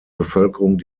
bevölkerung